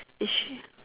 is she